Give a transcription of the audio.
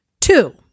Two